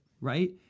right